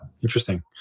Interesting